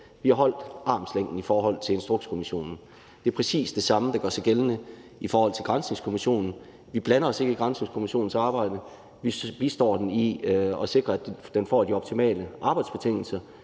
Vi har holdt en armslængde i forhold til Instrukskommissionen. Det er præcis det samme, der gør sig gældende i forhold til Granskningskommissionen. Vi blander os ikke i Granskningskommissionens arbejde. Vi bistår den i at sikre, at den får de optimale arbejdsbetingelser,